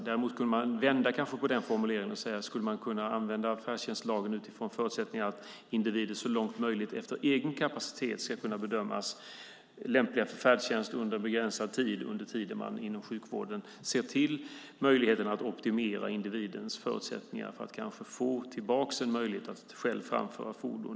Man kanske skulle kunna vända på formuleringen och fråga sig om man skulle kunna använda färdtjänstlagen för att individer så långt möjligt efter egen kapacitet ska kunna bedömas lämpliga för färdtjänst under begränsad tid - den tid man inom sjukvården ser till möjligheten att optimera individens förutsättningar att kanske själv få tillbaka möjligheten att framföra fordon.